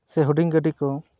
ᱥᱮ ᱦᱩᱰᱤᱧ ᱜᱟᱹᱰᱤ ᱠᱚ